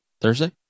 Thursday